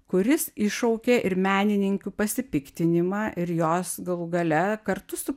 kuris iššaukė ir menininkių pasipiktinimą ir jos galų gale kartu su